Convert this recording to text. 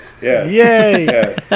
Yay